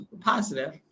positive